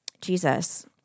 Jesus